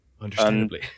Understandably